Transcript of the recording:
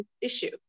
issue